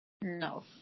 No